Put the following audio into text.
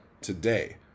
today